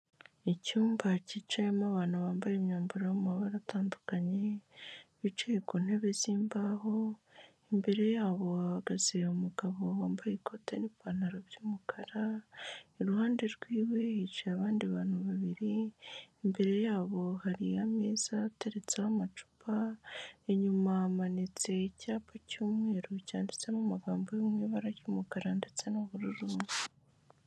Icyumba cyicayemo abantu bambye imyambaro yo mu mabara atandukanye bicaye ku ntebe z'imbaho, imbere yabo hahagaze umugabo wambaye ikote n'ipantaro by'umukara, iruhande rw'iwe hicaye abandi bantu babiri, imbere yabo hari ameza ateretseho amacupa, inyuma hamanitse icyapa cy'umweru cyanditsemo amagambo yo mu ibara ry'umukara ndetse n'ubururu.